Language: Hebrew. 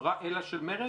אלא של מרצ?